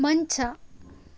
ಮಂಚ